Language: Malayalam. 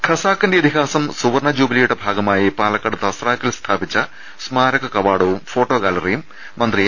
ഖസാക്കിന്റെ ഇതിഹാസം സുവർണ്ണ ജൂബിലിയുടെ ഭാഗമായി പാലക്കാട് തസ്രാക്കിൽ സ്ഥാപിച്ച സ്മാരക കവാടവും ഫോട്ടോ ഗൃാലറിയും മന്ത്രി എ